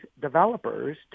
developers